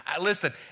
Listen